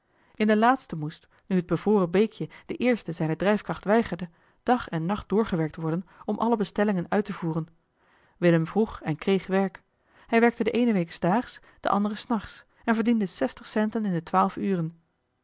in de laatste moest nu het bevroren beekje den eersten zijne drijfkracht weigerde dag en nacht doorgewerkt worden om alle bestellingen uit te voeren willem vroeg en kreeg werk hij werkte de ééne week s daags de andere s nachts en verdiende zestig centen in de twaalf uren